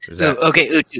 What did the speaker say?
Okay